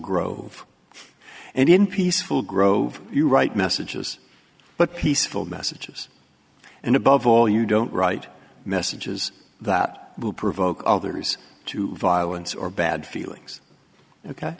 grove and in peaceful grove you write messages but peaceful messages and above all you don't write messages that will provoke others to violence or bad feelings ok